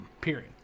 period